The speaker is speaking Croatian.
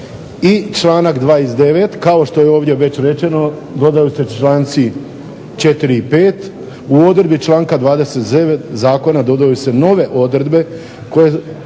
I članak 29. kao što je ovdje već rečeno dodaju se članci 4. i 5. U odredbi članka 29. Zakona dodaju se nove odredbe